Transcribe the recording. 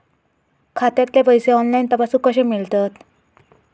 खात्यातले पैसे ऑनलाइन तपासुक कशे मेलतत?